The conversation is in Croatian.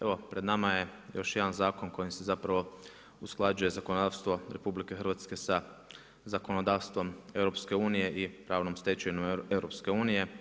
Evo pred nama je još jedan zakon kojim se zapravo usklađuje zakonodavstvo RH sa zakonodavstvom Eu i pravnom stečevinom EU.